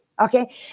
Okay